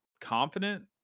confident